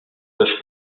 peuvent